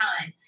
time